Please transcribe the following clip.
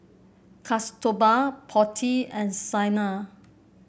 Kasturba Potti and Saina